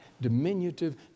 diminutive